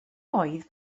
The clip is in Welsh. oedd